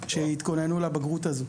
שהתכוננו לבגרות הזאת.